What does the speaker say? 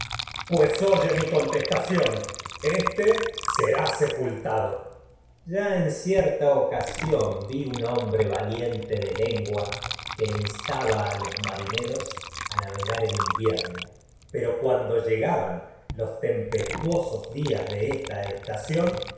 pues mi contestación éste será se pultado menelao ya en cierta ocasión vi un hombre va liente de lengüa que instaba a los marineros a navegar pero en invierno de esta cuando se llegaban le oia los tempestuosos días estación